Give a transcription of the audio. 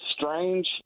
strange